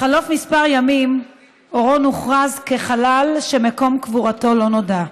בחלוף כמה ימים אורון הוכרז כחלל שמקום קבורתו לא נודע.